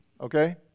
Okay